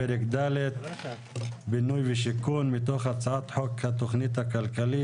פרק ד' (בינוי ושיכון) מתוך הצעת חוק התכנית הכלכלית